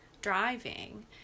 driving